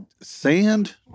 Sand